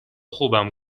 خوبم